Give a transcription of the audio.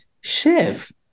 chef